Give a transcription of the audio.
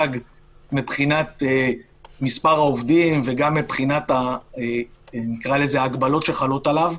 מבחינת מספר העובדים וגם מבחינת ההגבלות שחלות עליו,